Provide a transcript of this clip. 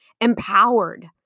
empowered